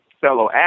fellow